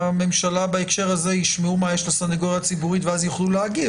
מה יש לסנגוריה הציבורית להגיד ואז יוכלו להגיב,